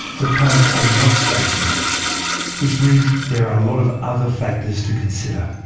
the planets are not stationary which means there are a lot of other factors to consider.